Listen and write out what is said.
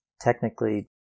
technically